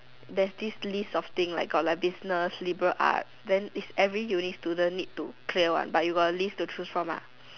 there's this list of things like got like business liberal art then is every uni student need to clear one but you got a list to choose from ah